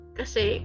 kasi